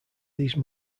these